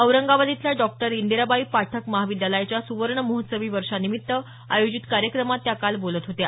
औरंगाबाद इथल्या डॉक्टर इंदिराबाईं पाठक महाविद्यालयाच्या सुवर्ण महोत्सवी वर्षानिमित्त आयोजित कार्यक्रमात त्या काल बोलत होत्या